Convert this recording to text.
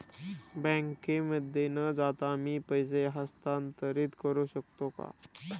बँकेमध्ये न जाता मी पैसे हस्तांतरित करू शकतो का?